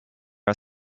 are